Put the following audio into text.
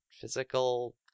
physical